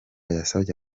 yasabye